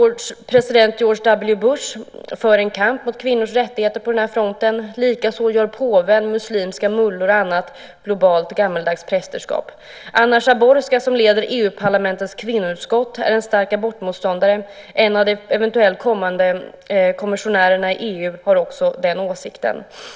USA:s president George W. Bush för en kamp mot kvinnors rättigheter på den här punkten. Likadant gör påven, muslimska mullor och annat globalt, gammaldags prästerskap. Anna Záborská, som leder EU-parlamentets kvinnoutskott, är en stark abortmotståndare. En av de eventuellt kommande kommissionärerna i EU har också den åsikten.